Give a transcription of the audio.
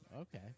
Okay